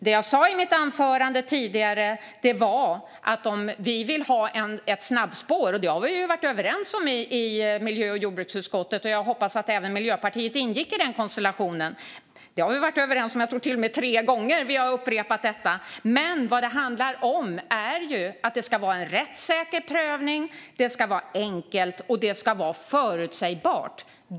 Det jag sa i mitt anförande var: Vi har varit överens i miljö och jordbruksutskottet om att vi vill ha ett snabbspår, och jag hoppas att även Miljöpartiet ingick i den konstellationen. Jag tror till och med att det är tre gånger vi har upprepat detta. Men vad det handlar om är att det ska vara en rättssäker prövning, att det ska vara enkelt och att det ska vara förutsägbart.